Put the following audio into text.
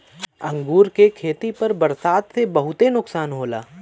अंगूर के खेती पर बरसात से बहुते नुकसान होला